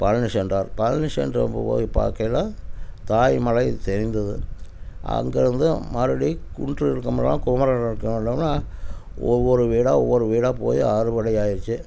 பழனி சென்றார் பழனி சென்று அங்கே போய் பார்க்கையில தாய் மலை தெரிந்தது அங்கேருந்து மறுபடி குன்று இருக்கும் இடம் குமரன் இருக்கும் இடம்னால் ஒவ்வொரு வீடாக ஒவ்வொரு வீடாக போய் ஆறுபடை ஆகிடுச்சு